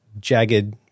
jagged